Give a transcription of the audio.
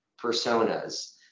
personas